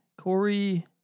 Corey